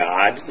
God